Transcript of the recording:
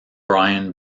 brian